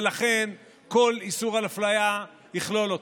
ולכן כל איסור אפליה יכלול אותו.